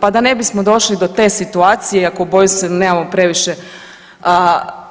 Pa da ne bismo došli do te situacije iako bojim se da nemamo previše